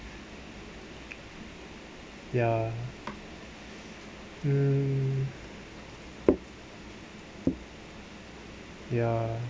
ya um ya